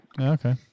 Okay